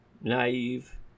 naive